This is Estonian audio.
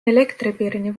elektripirni